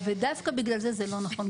ודווקא בגלל זה זה לא נכון.